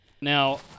Now